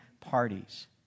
parties